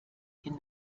den